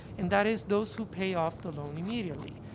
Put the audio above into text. and that is those who pay off the loan immediately.